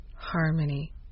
Harmony